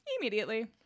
immediately